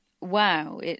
wow